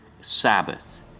Sabbath